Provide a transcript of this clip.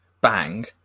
bang